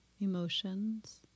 emotions